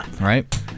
right